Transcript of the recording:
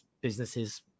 businesses